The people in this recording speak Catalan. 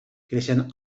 creixen